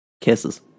Kisses